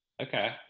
Okay